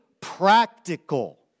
practical